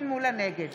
נגד